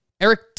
Eric